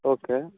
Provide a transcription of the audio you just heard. okay